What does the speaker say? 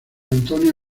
antonio